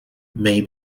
may